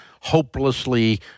hopelessly